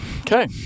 Okay